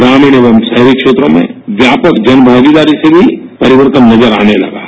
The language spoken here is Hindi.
ग्रामीण एवं शहरी क्षेत्रों में व्यापक जनभागीदारी से भो परिवर्तेन नजर आने लगा है